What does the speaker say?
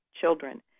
children